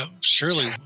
surely